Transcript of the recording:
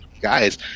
guys